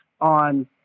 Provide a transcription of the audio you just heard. on